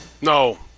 No